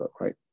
right